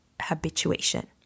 habituation